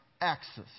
axis